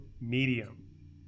medium